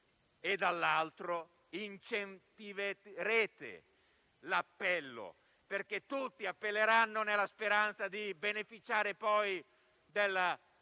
e, dall'altro, incentiverete l'appello, perché tutti appelleranno, nella speranza di beneficiare, poi, della